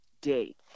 day